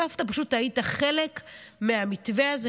פשוט היית חלק מהמתווה הזה,